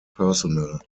personnel